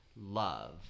love